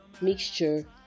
mixture